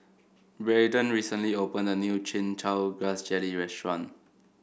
Braden recently opened a new Chin Chow Grass Jelly restaurant